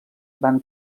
van